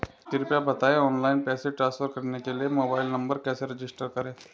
कृपया बताएं ऑनलाइन पैसे ट्रांसफर करने के लिए मोबाइल नंबर कैसे रजिस्टर करें?